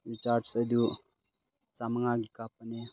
recharge ꯑꯗꯨ ꯆꯥꯝꯃꯉꯥꯒꯤ ꯀꯥꯞꯄꯅꯦ